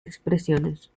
expresiones